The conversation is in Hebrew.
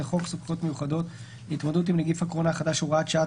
לחוק סמכויות מיוחדות להתמודדות עם נגיף הקורונה החדש (הוראת שעה),